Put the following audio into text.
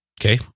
Okay